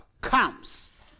comes